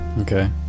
okay